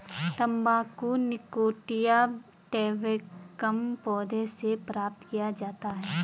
तंबाकू निकोटिया टैबेकम पौधे से प्राप्त किया जाता है